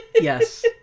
Yes